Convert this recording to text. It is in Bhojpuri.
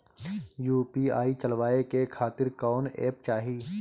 यू.पी.आई चलवाए के खातिर कौन एप चाहीं?